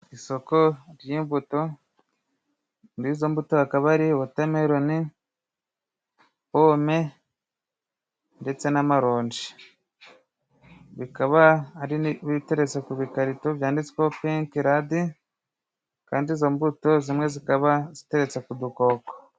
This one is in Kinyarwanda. Isoko ry'imbuto, muri izo mbuto hakaba hari wotamelone, pome ndetse n'amaronji. Bikaba biteretse ku bikarito byanditsweho penkerade, kandi izo mbuto zimwe zikaba ziteretse ku dukoko.